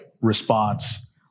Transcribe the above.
response